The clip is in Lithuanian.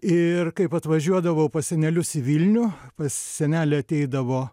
ir kaip atvažiuodavau pas senelius į vilnių pas senelį ateidavo